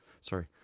Sorry